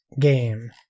game